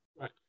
Right